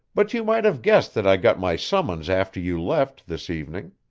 but you might have guessed that i got my summons after you left, this evening.